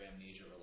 amnesia